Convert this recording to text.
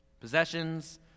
Possessions